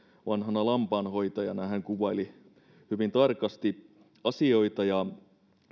vanhana lampaanhoitajana hän kuvaili hyvin tarkasti asioita ja